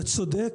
אתה כל כך צודק.